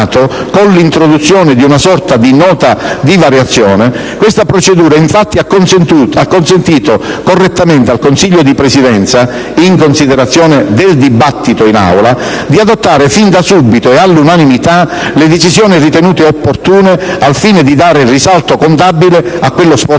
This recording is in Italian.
con l'introduzione di una sorta di Nota di variazioni. Questa procedura, infatti, ha consentito correttamente al Consiglio di Presidenza, in considerazione del dibattito svolto in Aula, di adottare fin da subito e all'unanimità le decisioni ritenute opportune, al fine di dare risalto contabile a quello sforzo